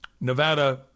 Nevada